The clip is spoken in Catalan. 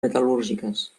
metal·lúrgiques